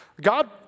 God